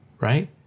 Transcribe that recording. right